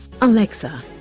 Alexa